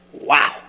Wow